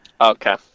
Okay